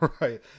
Right